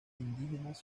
indígenas